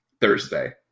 Thursday